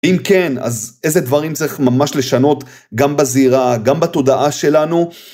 אם כן, אז איזה דברים צריך ממש לשנות גם בזירה, גם בתודעה שלנו?